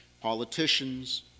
Politicians